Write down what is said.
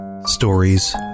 Stories